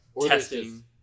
testing